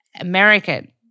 American